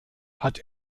hat